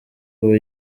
ubu